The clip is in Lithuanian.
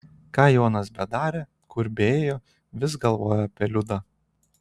ką jonas bedarė kur beėjo vis galvojo apie liudą